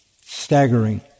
staggering